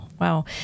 Wow